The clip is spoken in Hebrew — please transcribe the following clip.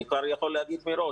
אני כבר יכול לומר מראש.